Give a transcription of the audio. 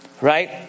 right